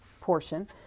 portion